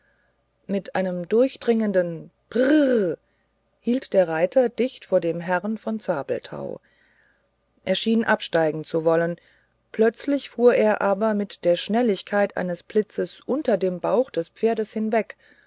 mit einem durchdringenden prrrrrr hielt der reiter dicht vor dem herrn von zabelthau er schien absteigen zu wollen plötzlich fuhr er aber mit der schnelligkeit des blitzes unter dem bauch des pferdes hinweg